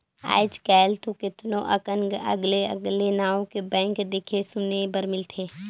आयज कायल तो केतनो अकन अगले अगले नांव के बैंक देखे सुने बर मिलथे